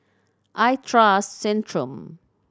I trust Centrum